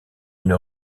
une